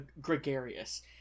gregarious